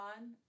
on